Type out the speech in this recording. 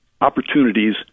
opportunities